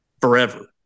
Forever